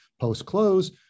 post-close